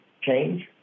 change